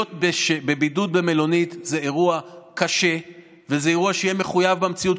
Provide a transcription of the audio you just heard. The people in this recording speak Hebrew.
להיות בבידוד במלונית זה אירוע קשה וזה אירוע שיהיה מחויב המציאות,